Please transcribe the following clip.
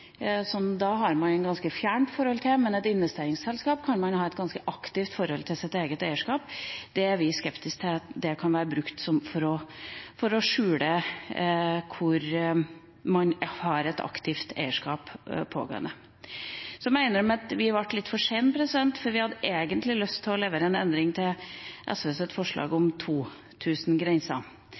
– da har man et ganske fjernt forhold til det – men i et investeringsselskap kan man ha et ganske aktivt forhold til sitt eget eierskap. Vi er skeptiske til at det kan være brukt for å skjule hvor man har et pågående aktivt eierskap. Så må jeg innrømme at vi ble litt for sene, for vi hadde egentlig lyst til å levere et alternativ til SVs forslag om